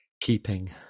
keeping